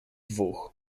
dwóch